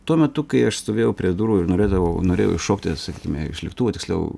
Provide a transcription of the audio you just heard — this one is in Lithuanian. tuo metu kai aš stovėjau prie durų ir norėdavau norėjau šokti sakykime iš lėktuvo tiksliau